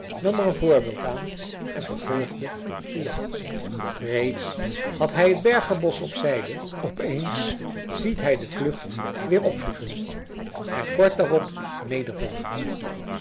er een voorbeeld aan en vervolgde de jacht reeds had hij het berger bosch op zijde op eens ziet hij de klucht weer opvliegen en kort daarop